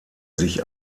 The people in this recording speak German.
sich